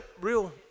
real